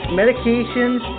medications